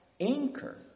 anchor